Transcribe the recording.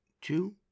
two